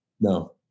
No